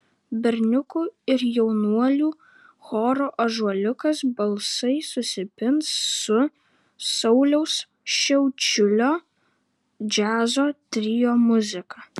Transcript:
berniukų ir jaunuolių choro ąžuoliukas balsai susipins su sauliaus šiaučiulio džiazo trio muzika